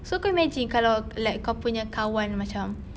so kau imagine kalau like kau punya kawan macam